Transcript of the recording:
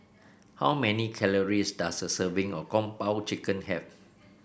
how many calories does a serving of Kung Po Chicken have